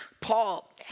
Paul